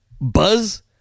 Buzz